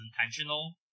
intentional